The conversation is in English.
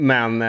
Men